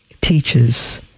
teaches